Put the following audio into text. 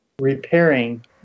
repairing